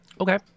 Okay